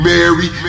Mary